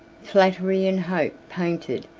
flattery and hope painted,